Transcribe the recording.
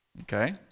okay